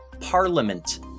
Parliament